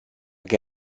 che